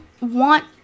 want